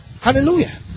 Hallelujah